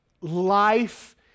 Life